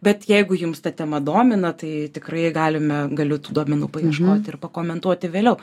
bet jeigu jums ta tema domina tai tikrai galime galiu tų duomenų paieškoti ir pakomentuoti vėliau